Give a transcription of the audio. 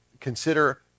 consider